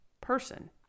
person